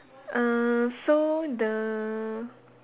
uh so the